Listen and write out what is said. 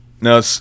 No